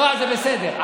זה בסדר.